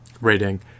rating